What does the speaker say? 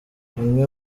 bimwe